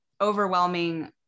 overwhelming